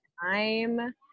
time